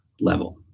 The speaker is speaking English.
level